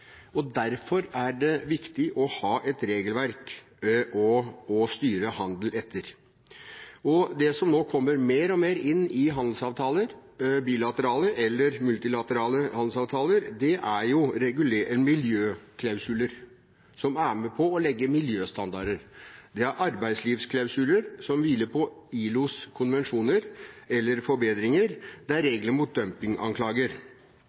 Derfor er det viktig å ha et regelverk å styre handelen etter. Og det som nå kommer mer og mer inn i bilaterale eller multilaterale handelsavtaler, er miljøklausuler, som er med på å sette miljøstandarder, det er arbeidslivsklausuler, som hviler på ILOs konvensjoner, eller